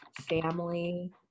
Family